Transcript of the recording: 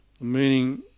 meaning